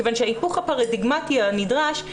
כיוון שההיפוך הפרדיגמטי נדרש,